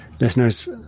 Listeners